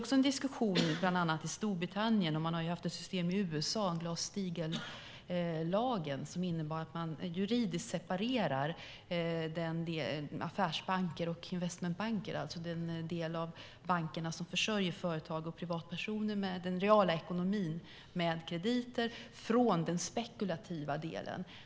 Det är en diskussion i bland annat Storbritannien, och i USA har man haft ett system, Glass-Steagall-lagen, som innebar att man juridiskt separerar affärsbanker och investmentbanker, alltså separerar den del av bankerna som försörjer företag och privatpersoner med den reala ekonomin med krediter från den spekulativa delen.